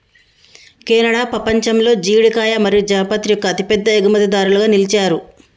Canada పపంచంలో జీడికాయ మరియు జాపత్రి యొక్క అతిపెద్ద ఎగుమతిదారులుగా నిలిచారు